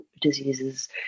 diseases